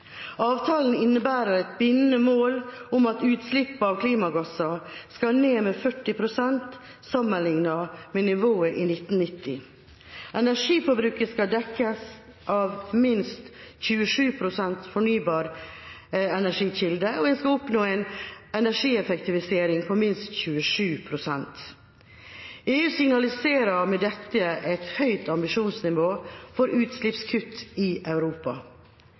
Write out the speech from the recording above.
Avtalen innebærer et bindende mål om at utslippene av klimagasser skal ned med minst 40 pst. sammenlignet med nivået i 1990. Energiforbruket skal dekkes av minst 27 pst. fornybare energikilder, og en skal oppnå en energieffektivisering på minst 27 pst. EU signaliserer med dette et høyt ambisjonsnivå for utslippskutt i Europa.